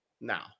now